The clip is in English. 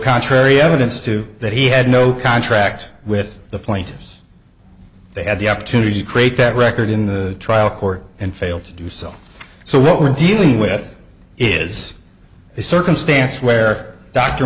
contrary evidence to that he had no contract with the point they had the opportunity to create that record in the trial court and failed to do so so what we're dealing with is a circumstance where d